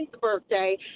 birthday